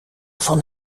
van